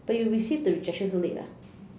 but you received the rejection so late ah